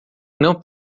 não